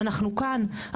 אנחנו כאן,